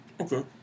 okay